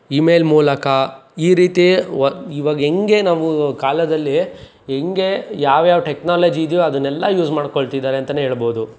email ಮೂಲಕ ಈ ರೀತಿ ವ ಇವಾಗ ಹೆಂಗೆ ನಾವು ಕಾಲದಲ್ಲಿ ಹೆಂಗೆ ಯಾವ್ಯಾವ ಟೆಕ್ನಾಲಜಿ ಇದೆಯೋ ಅದನ್ನೆಲ್ಲ ಯೂಸ್ ಮಾಡ್ಕೊಳ್ತಿದ್ದಾರೆ ಅಂತಲೇ ಹೇಳ್ಬೋದು